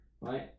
right